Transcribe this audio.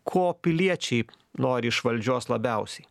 ko piliečiai nori iš valdžios labiausiai